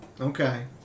Okay